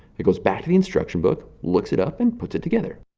it goes back to the instruction book, looks it up and puts it together.